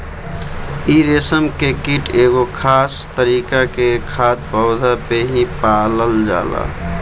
इ रेशम के कीट एगो खास तरीका के खाद्य पौधा पे ही पालल जात हवे